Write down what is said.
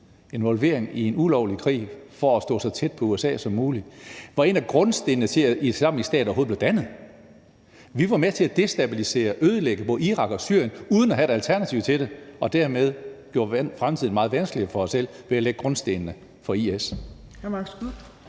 involvering i en ulovlig krig for at stå så tæt på USA som muligt, var en af grundstenene til, at Islamisk Stat overhovedet blev dannet. Vi var med til at destabilisere og ødelægge i både Irak og Syrien uden at have et alternativ til det, og dermed gjorde vi fremtiden meget vanskeligere for os selv ved at lægge grundstenene til IS.